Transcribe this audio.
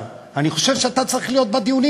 אני אומר לך את זה עכשיו,